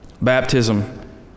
Baptism